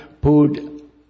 put